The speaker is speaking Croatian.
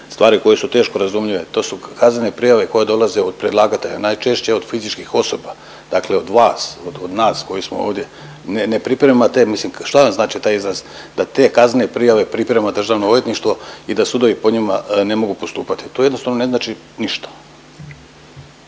stvari koje su teško razumljive. To su kaznene prijave koje dolaze od predlagatelja, najčešće od fizičkih osoba, dakle od vas, od nas koji smo ovdje. Ne priprema te, mislim šta vam znači taj izraz da te kaznene prijave priprema Državno odvjetništvo i da sudovi po njima ne mogu postupati. To jednostavno ne znači ništa.